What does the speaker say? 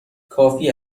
کافی